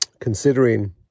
considering